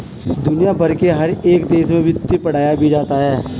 दुनिया भर के हर एक देश में वित्त पढ़ाया भी जाता है